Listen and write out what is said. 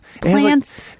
Plants